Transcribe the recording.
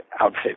outfit